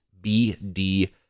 bd